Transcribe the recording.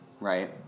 right